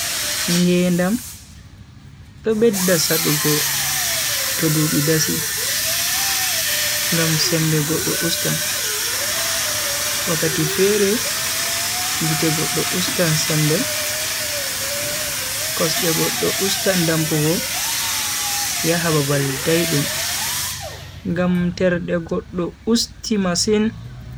Ngedam do bedda sadugo to dubi dasi, ngam sembe goddo ustan, wakkati fere gite goddo ustan sembe, kosde goddo ustan dampugo yaha babal daidum ngam terde goddo usti masin.